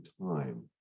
time